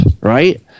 right